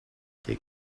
take